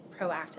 proactive